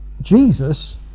Jesus